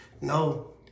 No